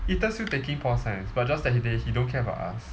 ethan still taking pol science but just that he didn't he don't care about us